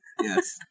yes